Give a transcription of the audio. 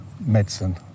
medicine